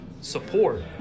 support